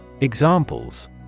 Examples